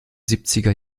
siebziger